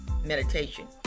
meditation